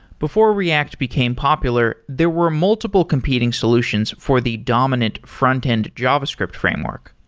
before react became popular, there were multiple competing solutions for the dominant frontend javascript framework.